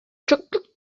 chocolate